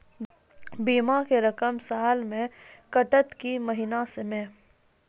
बीमा के रकम साल मे कटत कि महीना मे?